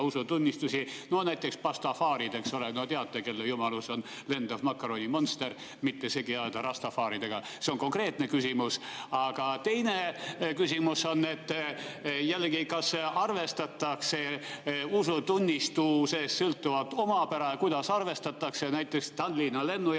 usutunnistusi? Näiteks pastafaarid, no teate, kelle jumalus on lendav makaronimonstrum, mitte segi ajada rastafaaridega. See on konkreetne küsimus. Aga teine küsimus on jällegi see, kas arvestatakse usutunnistusest sõltuvat omapära ja kuidas arvestatakse. Näiteks Tallinna lennujaamas